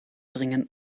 dringend